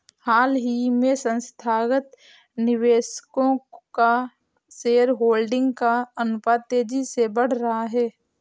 हाल ही में संस्थागत निवेशकों का शेयरहोल्डिंग का अनुपात तेज़ी से बढ़ रहा है